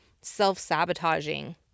self-sabotaging